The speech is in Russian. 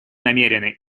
намерены